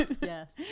yes